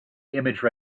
image